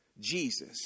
Jesus